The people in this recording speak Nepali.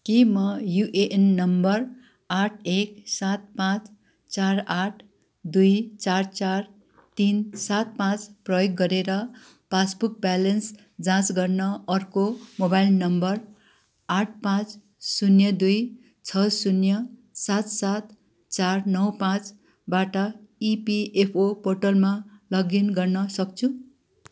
के म युएएन नम्बर आठ एक सात पाँच चार आठ दुई चार चार तिन सात पाँच प्रयोग गरेर पासबुक ब्यालेन्स जाँच गर्न अर्को मोबाइल नम्बर आठ पाँच शून्य दुई छ शून्य सात सात चार नौ पाँचबाट इपिएफओ पोर्टलमा लगइन गर्न सक्छु